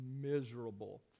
miserable